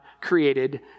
created